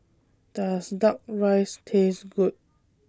Does Duck Rice Taste Good